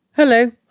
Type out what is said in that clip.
Hello